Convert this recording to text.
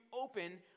open